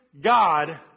God